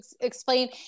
explain